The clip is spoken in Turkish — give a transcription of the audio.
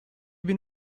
bin